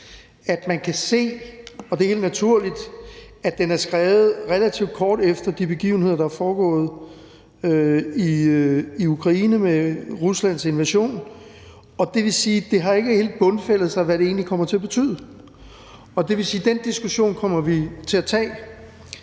kan se – og det er helt naturligt – at den er skrevet relativt kort efter de begivenheder, der er foregået i Ukraine, med Ruslands invasion, og det vil sige, at det ikke helt har bundfældet sig, hvad det egentlig kommer til at betyde, og den diskussion kommer vi til at tage.